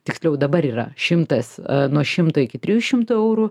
tiksliau dabar yra šimtas nuo šimto iki trijų šimtų eurų